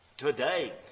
Today